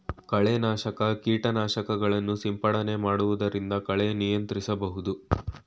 ಕಳೆ ನಾಶಕ ಕೀಟನಾಶಕಗಳನ್ನು ಸಿಂಪಡಣೆ ಮಾಡೊದ್ರಿಂದ ಕಳೆ ನಿಯಂತ್ರಿಸಬಹುದು